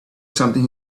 something